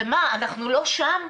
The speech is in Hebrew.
ומה, אנחנו לא שם?